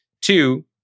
Two